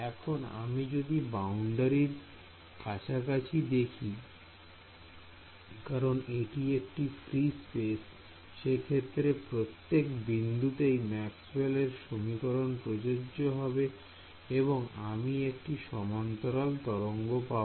এখন আমি যদি বাউন্ডারির কাছাকাছি দেখি কারণ এটি একটি ফ্রী স্পেস সে ক্ষেত্রে প্রত্যেক বিন্দুতেই ম্যাক্সওয়েলের সমীকরণ প্রযোজ্য হবে এবং আমি একটি সমান্তরাল তরঙ্গ পাব